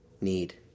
need